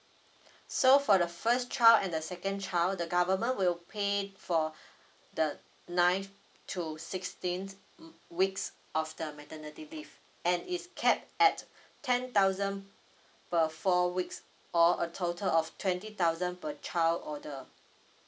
so for the first child and the second child the government will pay for the ninth to sixteenth weeks of the maternity leave and it's capped at ten thousand per four weeks or a total of twenty thousand per child order